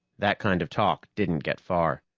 that kind of talk didn't get far.